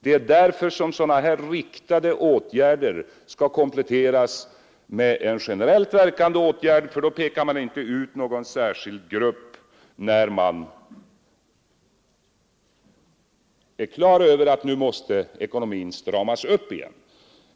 Det är därför sådana här riktade åtgärder skall kompletteras med generellt verkande åtgärder; då pekar man inte ut någon särskild grupp när man blir på det klara med att ekonomin måste stramas upp igen.